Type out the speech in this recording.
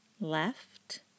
left